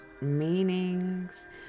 meanings